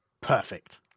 Perfect